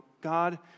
God